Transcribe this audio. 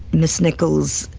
miss nichols,